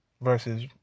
versus